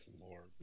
lord